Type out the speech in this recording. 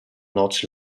knots